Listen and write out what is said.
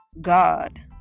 God